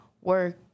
work